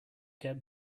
get